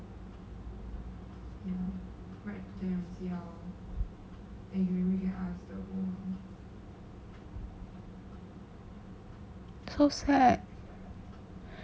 so sad